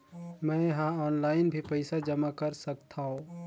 मैं ह ऑनलाइन भी पइसा जमा कर सकथौं?